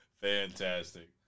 Fantastic